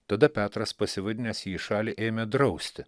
tada petras pasivadinęs jį į šalį ėmė drausti